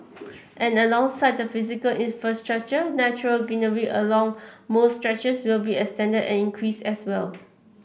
and alongside the physical infrastructure natural greenery along most stretches will be extended and increased as well